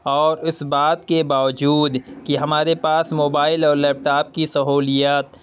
اور اس بات کے باوجود کہ ہمارے پاس موبائل اور لیپ ٹاپ کی سہولیات